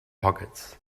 pockets